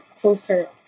closer